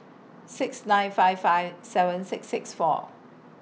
six nine five five seven six six four